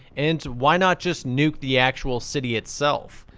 and why not just nuke the actual city itself.